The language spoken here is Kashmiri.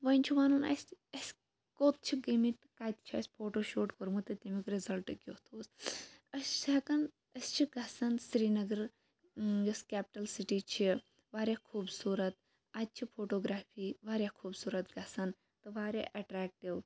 وۄنۍ چھُ وَنُن اَسہِ اسہِ کوٚت چھِ گٔمٕتۍ کَتہِ چھِ اَسہِ فوٹو شوٗٹ کوٚرمُت تہٕ تمیُک رِزَلٹ کیُتھ اوس أسۍ چھِ ہیٚکان أسۍ چھِ گَژھان سرینَگَر یۄس کیٚپٹِل سِٹی چھِ واریاہ خوٗبصورَت اَتہِ چھِ فوٹوگرافی واریاہ خوٗبصورَت گَژھان تہٕ واریاہ ایٚٹریکٹِو